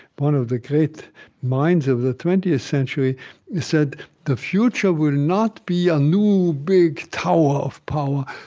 one of the great minds of the twentieth century said the future will not be a new, big tower of power.